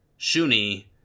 Shuni